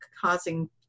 causing